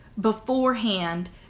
beforehand